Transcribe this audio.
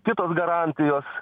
kitos garantijos